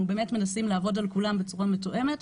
באמת מנסים לעבוד על כולם בצורה מתואמת.